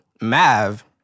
Mav